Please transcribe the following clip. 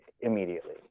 immediately